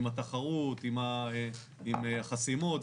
עם התחרות, עם החסימות.